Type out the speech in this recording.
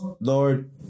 Lord